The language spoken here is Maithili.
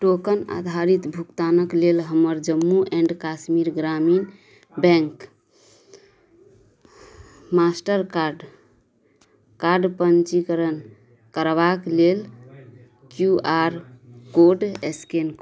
टोकन आधारित भुगतानक लेल हमर Jammu and Kashmir Gramin bank master card card पञ्जीकरण करबाक लेल क्यू आर कोड स्कैन